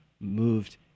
moved